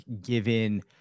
given